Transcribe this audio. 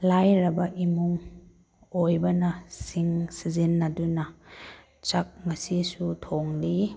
ꯂꯥꯏꯔꯕ ꯏꯃꯨꯡ ꯑꯣꯏꯕꯅ ꯁꯤꯡ ꯁꯤꯖꯤꯟꯅꯗꯨꯅ ꯆꯥꯛ ꯉꯁꯤꯁꯨ ꯊꯣꯡꯂꯤ